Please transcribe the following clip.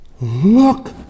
Look